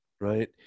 right